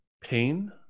pain